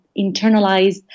internalized